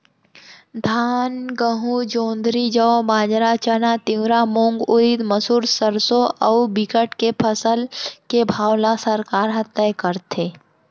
धान, गहूँ, जोंधरी, जौ, बाजरा, चना, तिंवरा, मूंग, उरिद, मसूर, सरसो अउ बिकट के फसल के भाव ल सरकार ह तय करथे